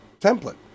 template